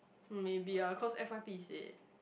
maybe ah of course F_Y_P is it